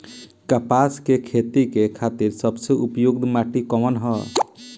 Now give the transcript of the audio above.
कपास क खेती के खातिर सबसे उपयुक्त माटी कवन ह?